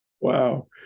Wow